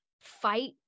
fight